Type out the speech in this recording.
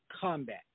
combat